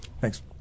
Thanks